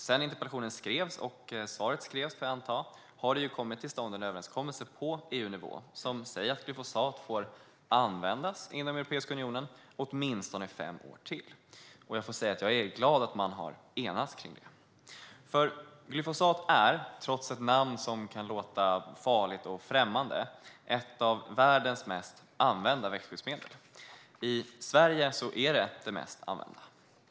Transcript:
Sedan interpellationen skrevs - och svaret, får jag anta - har en överenskommelse kommit till stånd på EUnivå, som säger att glyfosat får användas i Europeiska unionen i åtminstone fem år till. Jag är glad att man har enats om detta. Glyfosat är trots namnet, som kan låta farligt och främmande, ett av världens mest använda växtskyddsmedel. I Sverige är det det mest använda.